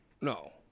No